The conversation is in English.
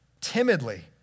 timidly